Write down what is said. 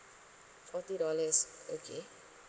forty dollars okay